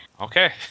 Okay